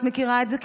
את מכירה את זה,